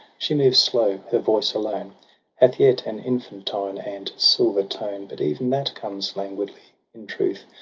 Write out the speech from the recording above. she moves slow her voice alone hath yet an infantine and silver tone. but even that comes languidly in truth.